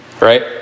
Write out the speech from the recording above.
Right